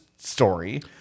story